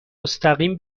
مستقیم